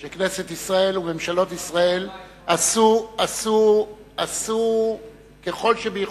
כנסת ישראל וממשלות ישראל עשו כל שביכולתן,